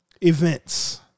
events